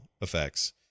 effects